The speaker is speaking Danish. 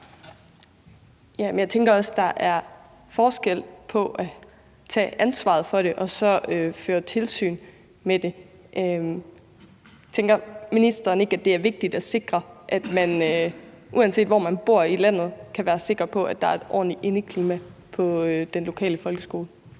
Jeg tænker også, der er forskel på at tage ansvaret for det og så føre tilsyn med det. Tænker ministeren ikke, at det er vigtigt at sikre, at man, uanset hvor man bor i landet, kan være sikker på, at der er et ordentligt indeklima på den lokale folkeskole?